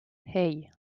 hey